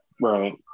Right